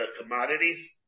commodities